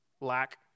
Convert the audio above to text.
lack